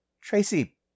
Tracy